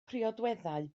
priodweddau